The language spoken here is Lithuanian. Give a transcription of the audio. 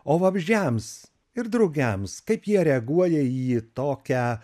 o vabzdžiams ir drugiams kaip jie reaguoja į tokią